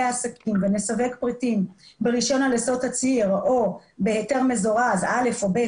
עסקים ונסווג פריטים ברישיון על יסוד תצהיר או בהיתר מזורז א' או ב',